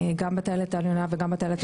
גם בטיילת העליונה וגם בטיילת התחתונה.